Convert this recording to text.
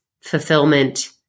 fulfillment